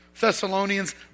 Thessalonians